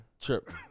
Trip